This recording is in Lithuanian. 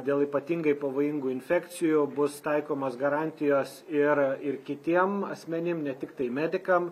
dėl ypatingai pavojingų infekcijų bus taikomos garantijos ir ir kitiem asmenim ne tiktai medikam